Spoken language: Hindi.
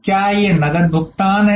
क्या यह नकद भुगतान है